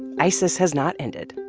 isis has not ended.